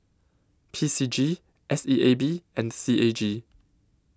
P C G S E A B and C A G